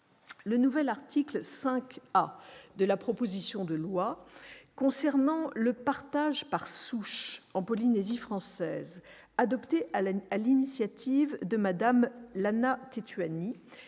Le nouvel article 5 A de la proposition de loi concernant le partage par souche en Polynésie française, adopté sur l'initiative de Mme Lana Tetuanui,